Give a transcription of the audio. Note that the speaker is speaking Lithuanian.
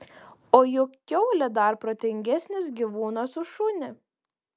o juk kiaulė dar protingesnis gyvūnas už šunį